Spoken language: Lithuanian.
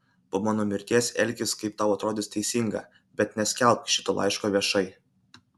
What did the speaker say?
po mano mirties elkis kaip tau atrodys teisinga bet neskelbk šito laiško viešai